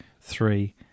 three